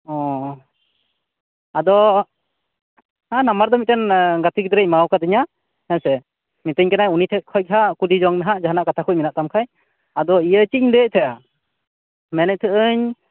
ᱚᱸᱻ ᱟᱫᱚ ᱱᱟᱢᱵᱟᱨ ᱫᱚ ᱢᱤᱫᱴᱟ ᱱ ᱟ ᱜᱟᱛᱮ ᱜᱤᱫᱽᱨᱟᱹᱭ ᱮᱢᱟᱣ ᱠᱟ ᱫᱤᱧᱟ ᱦᱮᱸᱥᱮ ᱢᱤᱛᱟ ᱧ ᱠᱟᱱᱟᱭ ᱩᱱᱤ ᱴᱷᱮᱡ ᱠᱷᱚᱡ ᱦᱟᱸᱜ ᱠᱩᱞᱤᱡᱚᱝ ᱢᱮ ᱦᱟᱸᱜ ᱡᱟᱦᱟᱸᱱᱟᱜ ᱠᱟᱛᱷᱟ ᱠᱚ ᱢᱮᱱᱟᱜ ᱛᱟᱢ ᱠᱷᱟᱡ ᱟᱫᱚ ᱤᱭᱟᱹ ᱪᱮᱜ ᱤᱧ ᱞᱟ ᱭᱮᱫ ᱛᱟᱸᱦᱮᱭᱟ ᱢᱮᱱᱮᱫ ᱛᱟ ᱟ ᱧ